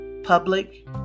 public